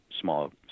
small